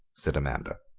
said amanda.